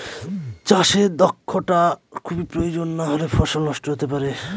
চাষে দক্ষটা খুবই প্রয়োজন নাহলে ফসল নষ্ট হতে পারে